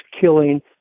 killing